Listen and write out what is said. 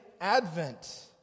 advent